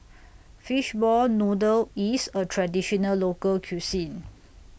Fishball Noodle IS A Traditional Local Cuisine